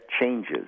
changes